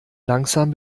langsam